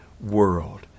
world